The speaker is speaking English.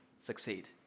succeed